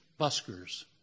Buskers